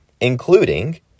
including